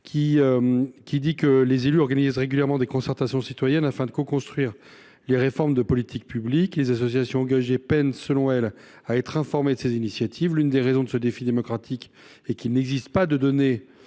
Loïc Hervé. Les élus organisent régulièrement des concertations citoyennes pour coconstruire les réformes de politiques publiques. Les associations engagées peinent, selon elles, à être informées de ces initiatives. L’une des raisons de ce défi démocratique est qu’il n’existe pas de base